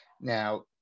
Now